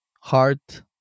heart